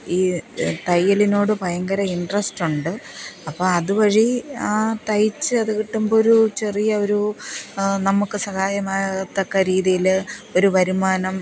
ഈ തയ്യലിനോട് ഭയങ്കര ഇന്ട്രസ്റ്റ് ഉണ്ട് അപ്പം അതുവഴി ആ തയ്ച്ചത് കിട്ടുമ്പോൾ ഒരു ചെറിയ ഒരു നമുക്ക് സഹായമാകത്തക്ക രീതിയിൽ ഒരു വരുമാനം